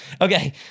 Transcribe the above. Okay